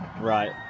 Right